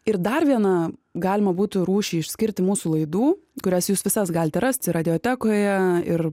ir dar viena galima būtų rūšį išskirti mūsų laidų kurias jūs visas galite rasti radiotekoje ir